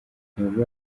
intego